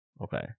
Okay